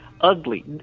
ugly